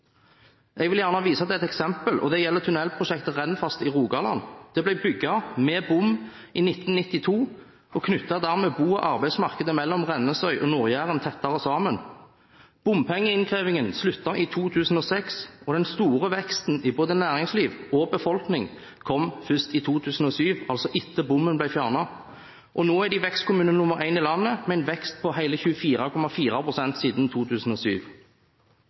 Jeg vil gjerne vise til et eksempel, og det gjelder tunnelprosjektet Rennfast i Rogaland. Det ble bygd med bom i 1992 og knyttet dermed bo- og arbeidsmarkedet mellom Rennesøy og Nord-Jæren tettere sammen. Bompengeinnkrevingen sluttet i 2006, og den store veksten i både næringsliv og befolkning kom først i 2007, altså etter at bommen ble fjernet. Nå er det vekstkommune nummer én i landet, med en vekst på hele 24,4 pst. siden 2007.